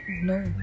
no